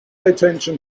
attention